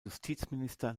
justizminister